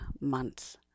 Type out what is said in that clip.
months